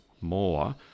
more